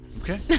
Okay